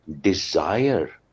desire